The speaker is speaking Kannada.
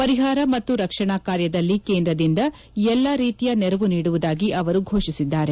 ಪರಿಹಾರ ಮತ್ತು ರಕ್ಷಣಾ ಕಾರ್ಯದಲ್ಲಿ ಕೇಂದ್ರದಿಂದ ಎಲ್ಲ ರೀತಿಯ ನೆರವು ನೀಡುವುದಾಗಿ ಅವರು ಘೋಷಿಸಿದ್ದಾರೆ